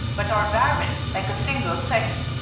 but are barren, like a single sex.